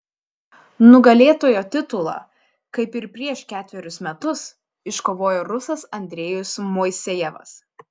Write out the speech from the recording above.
nugalėtojo titulą kaip ir prieš ketverius metus iškovojo rusas andrejus moisejevas